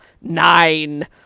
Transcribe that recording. nine